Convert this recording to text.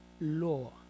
law